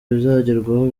bizagerwaho